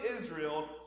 Israel